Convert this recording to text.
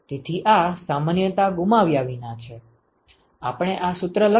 તેથી આ સામાન્યતા ગુમાવ્યા વિના છે આપણે આ સૂત્ર લખ્યું છે